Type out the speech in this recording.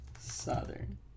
Southern